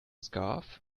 scarf